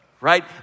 right